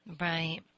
Right